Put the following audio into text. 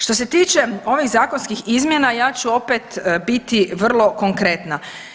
Što se tiče ovih zakonskih izmjena, ja ću opet biti vrlo konkretna.